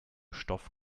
stoff